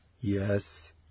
Yes